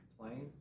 complain